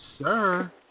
sir